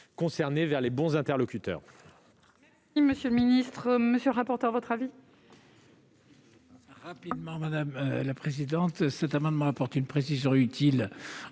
requérants vers les bons interlocuteurs.